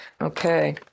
Okay